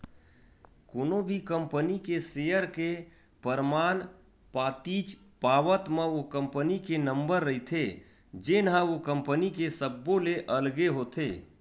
कोनो भी कंपनी के सेयर के परमान पातीच पावत म ओ कंपनी के नंबर रहिथे जेनहा ओ कंपनी के सब्बो ले अलगे होथे